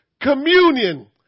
communion